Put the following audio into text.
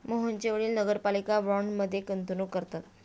मोहनचे वडील नगरपालिका बाँडमध्ये गुंतवणूक करतात